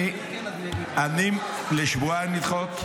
לשבועיים לדחות?